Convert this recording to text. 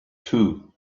too